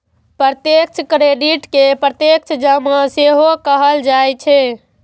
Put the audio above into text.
प्रत्यक्ष क्रेडिट कें प्रत्यक्ष जमा सेहो कहल जाइ छै